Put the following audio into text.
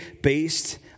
based